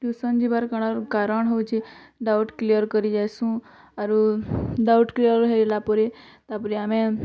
tuition ଯିବାର୍ କାରଣ୍ ହେଉଛି ଡ଼ାଉଟ୍ କ୍ଲିୟର୍ କରିଯାଏସୁଁ ଆରୁ ଡ଼ାଉଟ୍ କ୍ଲିୟର୍ ହେଇଗଲାପରେ ତାପରେ ଆମେ